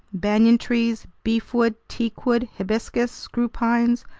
banyan trees, beefwood, teakwood, hibiscus, screw pines,